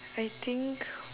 I think